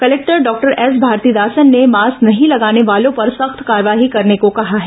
collector doctor S Bharathidasan ने mask नहीं लगाने वालों पर सख्त कार्रवाई करने को कहा है